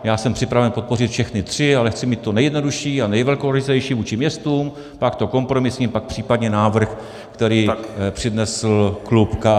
Já jsem připraven podpořit všechny tři, ale chci mít tu nejjednodušší a nejvelkorysejší vůči městům, pak to kompromisní, pak případně návrh, který přednesl klub KSČM.